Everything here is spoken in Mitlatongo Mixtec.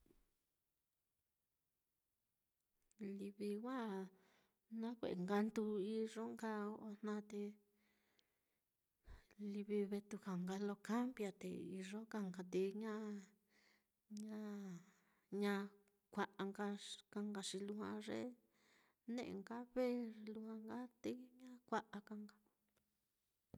Livi wa nakue'e nka nduu iyo nka ojna te livi vetu ka nka lo cambia, te iyo ka nka te ña-ña ña kua'a nka ka nka xi lujua ye ne'e nka ve lujua nka te ña kua'a ka nka